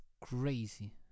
crazy